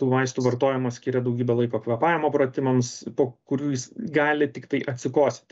tų vaistų vartojimo skiria daugybę laiko kvėpavimo pratimams po kurių jis gali tiktai atsikosėt